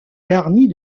garnis